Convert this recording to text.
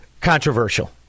controversial